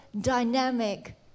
dynamic